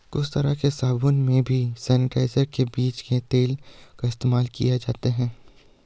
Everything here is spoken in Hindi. कुछ तरह के साबून में भी नाइजर के बीज के तेल का इस्तेमाल किया जाता है